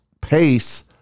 pace